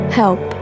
help